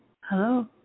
Hello